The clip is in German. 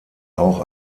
auch